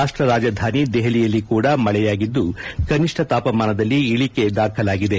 ರಾಷ್ಟ ರಾಜಧಾನಿ ದೆಹಲಿಯಲ್ಲಿ ಕೂಡ ಮಳೆಯಾಗಿದ್ದು ಕನಿಷ್ಣ ತಾಪಮಾನದಲ್ಲಿ ಇಳಿಕೆ ದಾಖಲಾಗಿದೆ